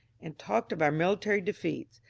and talked of our military defeats.